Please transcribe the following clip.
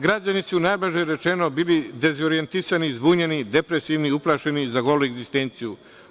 Građani su, najblaže rečeno, bili dezorijentisani, zbunjeni, depresivni i uplašeni za golu egzistenciju.